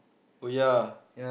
oh ya